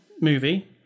movie